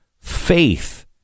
faith